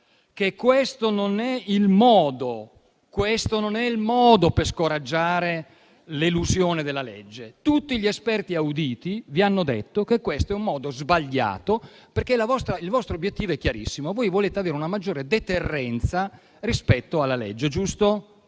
che questo non è il modo per scoraggiare l'elusione della legge, tutti gli esperti auditi vi hanno detto che questo è un modo sbagliato perché il vostro obiettivo è chiarissimo. Voi volete avere una maggiore deterrenza rispetto alla legge. Dico